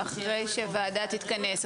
שיביאו משרד הבריאות אחרי הוועדה המקצועית.